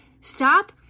stop